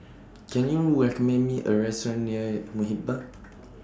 Can YOU recommend Me A Restaurant near Muhibbah